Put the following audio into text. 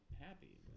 happy